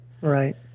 Right